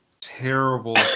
terrible